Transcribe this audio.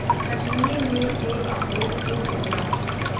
कश्मीर में सेब, अखरोट खूब होला